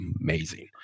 amazing